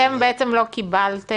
אתם בעצם לא קיבלתם,